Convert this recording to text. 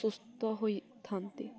ସୁସ୍ଥ ହୋଇଥାନ୍ତି